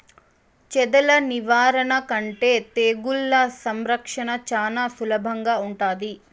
చెదల నివారణ కంటే తెగుళ్ల సంరక్షణ చానా సులభంగా ఉంటాది